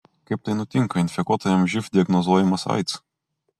kai taip nutinka infekuotajam živ diagnozuojamas aids